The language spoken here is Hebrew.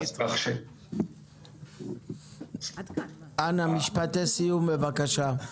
אנא תאמר משפטי סיום בבקשה.